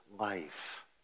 life